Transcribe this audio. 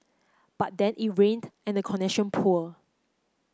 but then it rained and the connection poor